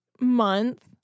month